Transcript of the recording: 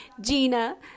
Gina